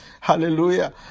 Hallelujah